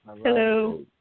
Hello